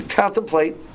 contemplate